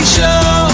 Show